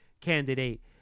candidate